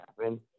happen